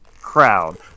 crowd